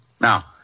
Now